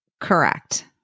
Correct